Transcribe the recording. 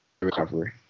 recovery